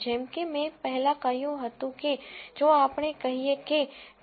જેમ કે મેં પહેલા કહ્યું હતું કે જો આપણે કહીએ કે ટી